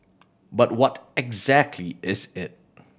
but what exactly is it